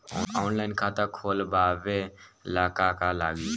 Online खाता खोलबाबे ला का का लागि?